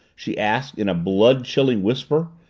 she asked in a blood-chilling whisper,